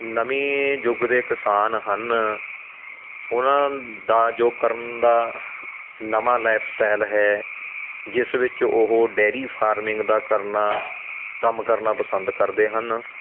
ਨਵੇਂ ਯੁੱਗ ਦੇ ਕਿਸਾਨ ਹਨ ਉਹਨਾਂ ਦਾ ਜੋ ਕਰਨ ਦਾ ਨਵਾਂ ਲਾਈਫਸਟਾਈਲ ਹੈ ਜਿਸ ਵਿੱਚ ਉਹ ਡੇਰੀ ਫਾਰਮਿੰਗ ਦਾ ਕਰਨਾ ਕੰਮ ਕਰਨਾ ਪਸੰਦ ਕਰਦੇ ਹਨ